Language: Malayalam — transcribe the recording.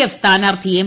എഫ് സ്ഥാനാർത്ഥി എം